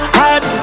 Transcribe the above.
hot